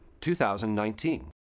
2019